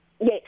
Yes